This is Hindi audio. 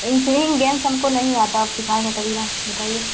इन स्विंग गेम्स हमको नहीं आता आप सिखाएँगे तभी ना बताइए